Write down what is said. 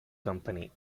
company